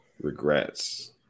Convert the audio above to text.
regrets